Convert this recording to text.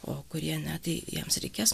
o kurie ne tai jiems reikės